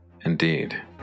Indeed